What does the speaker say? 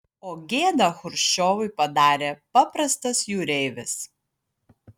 o gėdą chruščiovui padarė paprastas jūreivis